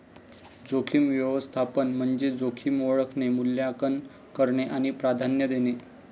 जोखीम व्यवस्थापन म्हणजे जोखीम ओळखणे, मूल्यांकन करणे आणि प्राधान्य देणे